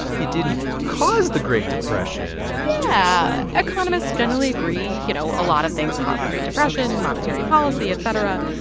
it didn't cause the great depression yeah. economists generally agree, you know, a lot of things caused the great depression monetary policy, etc.